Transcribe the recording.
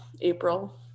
April